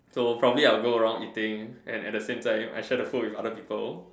so probably I'll go around eating and at the same time I share the food with other people